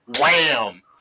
wham